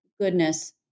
goodness